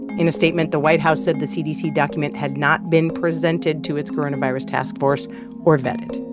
in a statement, the white house said the cdc document had not been presented to its coronavirus task force or vetted.